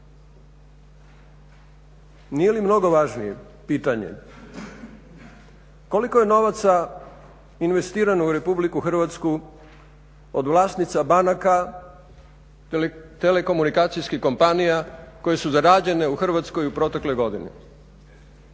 nije li mnogo važnije pitanje koliko je novaca investirano u RH od vlasnica banaka ili telekomunikacijskih kompanija koje su zarađene u Hrvatskoj protekle godine.